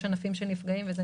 יש ענפים שנפגעים יותר.